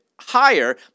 Higher